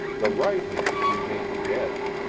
the right hand remained dead.